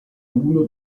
uno